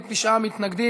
תומכים, 49 מתנגדים.